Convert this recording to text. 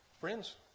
Friends